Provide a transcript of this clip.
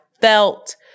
felt